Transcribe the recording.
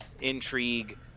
intrigue